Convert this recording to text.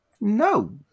no